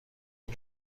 پول